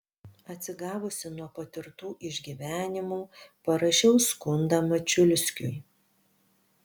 atsigavusi nuo patirtų išgyvenimų parašiau skundą mačiulskiui